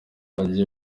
ajye